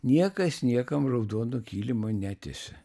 niekas niekam raudono kilimo netiesia